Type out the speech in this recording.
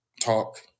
talk